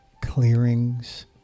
clearings